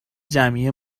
جمعی